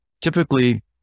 typically